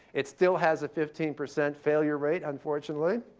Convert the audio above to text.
it still has a fifteen percent failure rate, unfortunately.